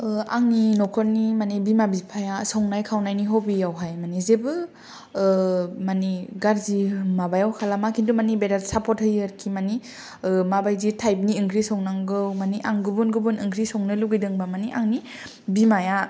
ओ आंनि नखरनि माने बिमा बिफाया संनाय खावनायनि हबियावहाय माने जेबो गाज्रि माबायाव खालामा खिन्थु माने बेराद सापर्ट होयो आरोखि माने माबादि टाइपनि ओंख्रि संनांगौ माने आं गुबुन गुबुन ओंख्रि संनो लुगैदोंबा माने आंनि बिमाया